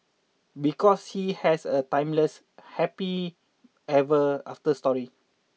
because he has a timeless happy ever after story